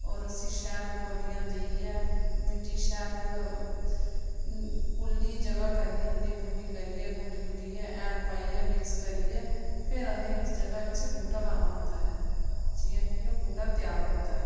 होर उसी शैल गौड्डियां देइयै मिट्टी शैल पुल्ली जगह करनी होंदी पुल्ली करियै गुड्डियै हैल मिक्स करियै फिर असें उस जगह च बूह्टा लाना होंदा ऐ जि'यां कि ओह् बूह्टा त्यार होंदा ऐ